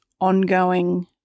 ongoing